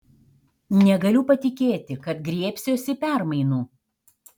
negaliu patikėti kad griebsiuosi permainų